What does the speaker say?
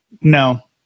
no